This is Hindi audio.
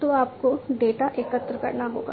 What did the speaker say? तो आपको डेटा एकत्र करना होगा